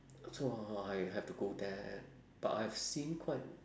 so I I have to go there and but I've seen quite